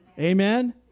Amen